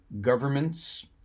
governments